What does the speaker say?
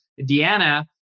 Deanna